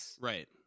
Right